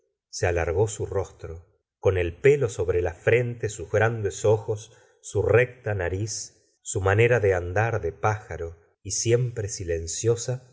se alargó su rostro con el pelo sobre la frente sus grandes ojos su recta nariz su manera de andar de pájaro y siempre silenciosa